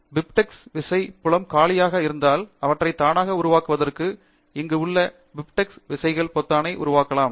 BibTeX விசை புலம் காலியாக இருந்தால் அவற்றை தானாக உருவாக்குவதற்கு இங்கு உள்ள பிப்டெக்ஸ் விசைகள் பொத்தானை உருவாக்கலாம்